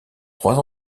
trois